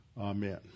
Amen